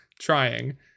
trying